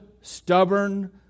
stubborn